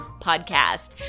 Podcast